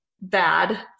bad